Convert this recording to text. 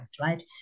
right